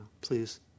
Please